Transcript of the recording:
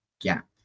gap